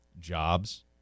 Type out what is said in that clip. jobs